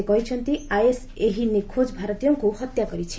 ସେ କହିଛନ୍ତି ଆଇଏସ୍ ଏହି ନିଖୋଜ ଭାରତୀୟଙ୍କୁ ହତ୍ୟା କରିଛି